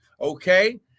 okay